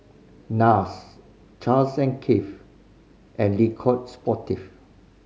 Nars Charles and Keith and Le Coq Sportif